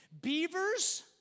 Beavers